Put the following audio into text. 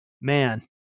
man